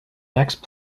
next